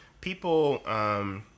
people